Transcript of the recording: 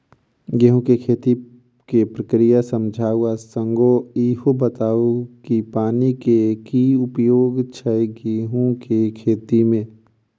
गेंहूँ केँ खेती केँ प्रक्रिया समझाउ आ संगे ईहो बताउ की पानि केँ की उपयोग छै गेंहूँ केँ खेती में?